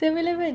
seven eleven